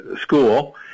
school